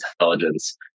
intelligence